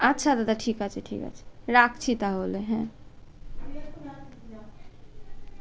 আচ্ছা দাদা ঠিক আছে ঠিক আছে রাখছি তাহলে হ্যাঁ